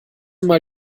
mal